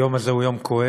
היום הזה הוא יום כואב,